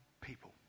people